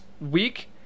week